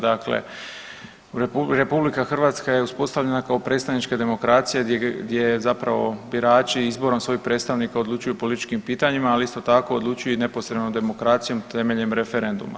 Dakle, RH je uspostavljena kao predstavnička demokracija gdje birači izborom svojih predstavnika odlučuju o političkim pitanjima, ali isto tako odlučuju i neposrednom demokracijom temeljem referenduma.